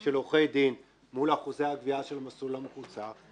של עורכי דין מול אחוזי הגבייה של המסלול המקוצר.